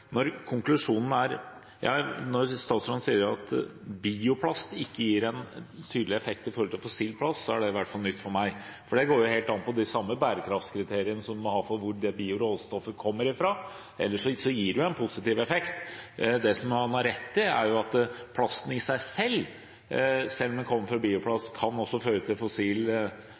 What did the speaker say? gir en tydelig effekt i forhold til fossil plast, er det i hvert fall nytt for meg. Det går jo på de samme bærekraftkriteriene som en må ha for hvor bioråstoffet kommer fra. Ellers gir det jo en positiv effekt. Det han har rett i, er at plasten i seg selv – selv om den er biobasert – kan føre til